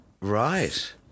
Right